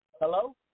Hello